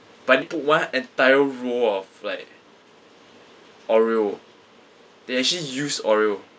but they put one entire roll of like oreo they actually use oreo